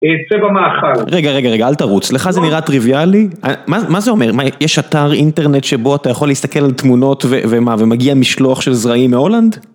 צבע במאכל. רגע, רגע, רגע, אל תרוץ. לך זה נראה טריוויאלי? מה זה אומר? יש אתר אינטרנט שבו אתה יכול להסתכל על תמונות ומה, ומגיע משלוח של זרעים מהולנד?